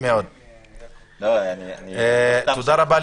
תודה רבה,